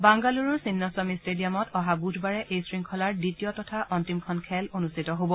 বাংগালুৰুৰ ছিন্নাস্বামী টেডিয়ামত অহা বুধবাৰে এই শৃংখলাৰ দ্বিতীয় তথা অন্তিমখন খেল অনুষ্ঠিত হ'ব